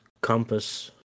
compass